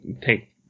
take